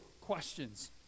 questions